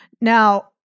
Now